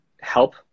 help